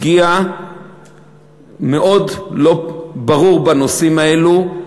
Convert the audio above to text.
הגיע מאוד לא ברור בנושאים האלה,